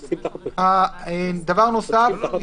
דבר נוסף,